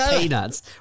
peanuts